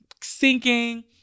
sinking